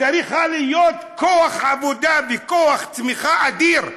צריכה להיות כוח עבודה וכוח צמיחה אדיר,